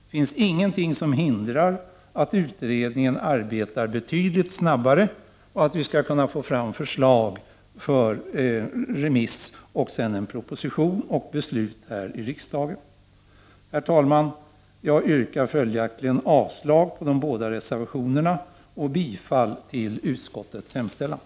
Det finns ingenting som hindrar att utredningen arbetar betydligt snabbare så att vi kan få fram förslag som kan gå på remiss. Därefter kan en proposition framläggas och beslut fattas här i riksdagen. Herr talman! Jag yrkar följaktligen avslag på de båda reservationerna och bifall till utskottets hemställan.